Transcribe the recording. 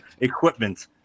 equipment